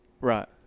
Right